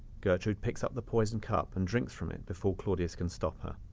gertrude picks up the poisoned cup and drinks from it before claudius can stop her